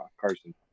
Carson